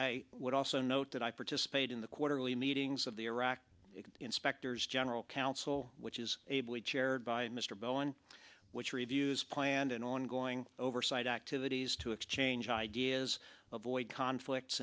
i would also note that i participated in the quarterly meetings of the iraq inspectors general council which is a bully chaired by mr bowen which reviews planned and ongoing oversight activities to exchange ideas of boy conflicts